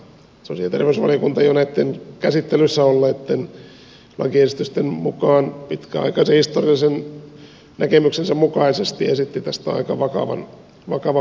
sosiaali ja terveysvaliokunta jo näitten käsittelyssä olleitten lakiesitysten kohdalla pitkäaikaisen historiallisen näkemyksensä mukaisesti esitti tästä aika vakavan huolestumisensa